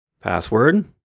password